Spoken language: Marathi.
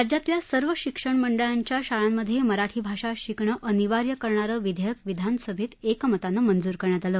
राज्यातल्या सर्व शिक्षण मंडळांच्या शाळांमधे मराठी भाषा शिकणं अनिवार्य करणारं वि धेयक विधानसभेत एकमतानं मंजूर करण्यात आलं